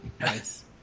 Nice